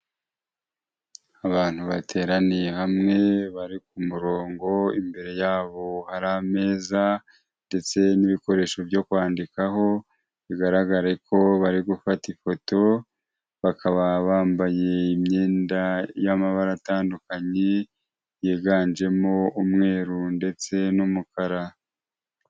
Abantu bateraniye hamwe, bari ku murongo, imbere yabo hari ameza ndetse n'ibikoresho byo kwandikaho, bigaragare ko bari gufata ifoto, bakaba bambaye imyenda y'amabara atandukanye yiganjemo umweru ndetse n'umukara.